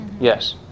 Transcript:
Yes